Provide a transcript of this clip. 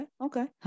Okay